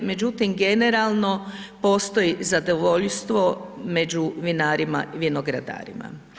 Međutim, generalno postoji zadovoljstvo među vinarima i vinogradarima.